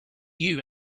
you